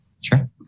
Sure